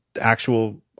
actual